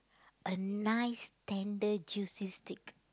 a nice tender juicy steak